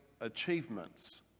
achievements